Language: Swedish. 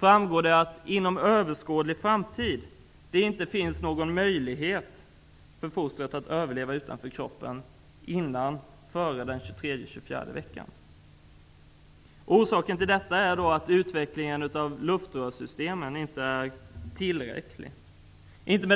framgår att det inom överskådlig framtid inte finns någon möjlighet för fostret att överleva utanför moderns kropp före den 23-24:e veckan. Orsaken är att utvecklingen av luftrören inte hunnit tillräckligt långt.